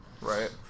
Right